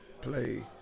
play